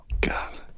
God